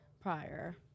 prior